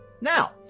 Now